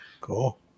Cool